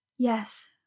Yes